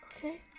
okay